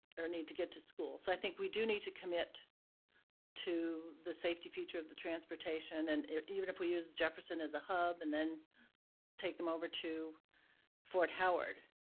or need to get to school. so i think we do need to commit to the safety feature of the transportation and even if we use jefferson as a hub and then take them over to fort howard.